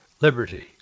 liberty